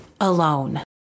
alone